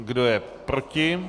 Kdo je proti?